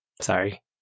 Sorry